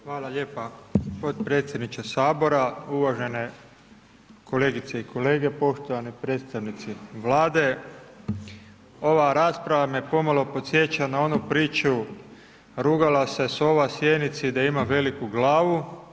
Hvala lijepa potpredsjedniče HS, uvažene kolegice i kolege, poštovani predstavnici Vlade, ova rasprava me pomalo podsjeća na onu priču „Rugala se sova sjenici da ima veliku glavu“